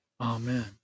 Amen